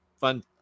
Fun